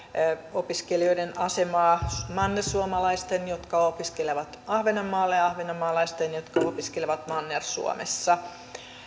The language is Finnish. opiskelijoiden asemaa mannersuomalaisten jotka opiskelevat ahvenanmaalla ja ahvenanmaalaisten jotka opiskelevat manner suomessa